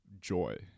joy